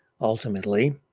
ultimately